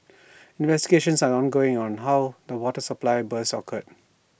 investigations are ongoing on how the water supply burst occurred